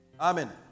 Amen